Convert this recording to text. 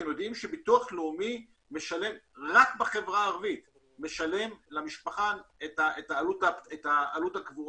אתם יודעים שביטוח לאומי משלם רק בחברה הערבית למשפחה את עלות הקבורה.